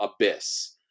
Abyss